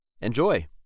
Enjoy